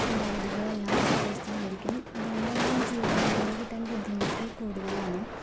ചിന്താഗതികളെല്ലാം വ്യത്യസ്തമായിരിക്കും അതുകൊണ്ടന്നെ ജീവിത പങ്കാളിയെക്കിട്ടാൻ ബുദ്ധിമുട്ട് കൂടുതലാണ്